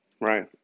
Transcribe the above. Right